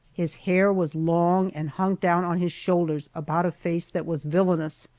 his hair was long and hung down on his shoulders about a face that was villainous,